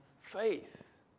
faith